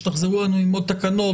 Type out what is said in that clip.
כשתחזרו אלינו עם עוד תקנות,